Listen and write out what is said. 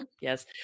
Yes